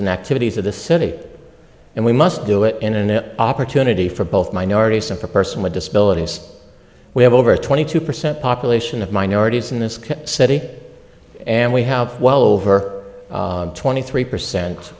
and activities of the city and we must do it in an opportunity for both minorities and for a person with disabilities we have over twenty two percent population of minorities in this city and we have well over twenty three percent